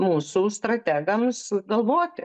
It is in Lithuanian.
mūsų strategams galvoti